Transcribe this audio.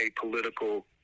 political